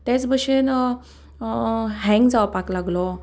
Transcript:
ते भशेन हँग जावपाक लागलो